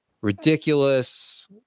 ridiculous